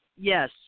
yes